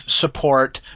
support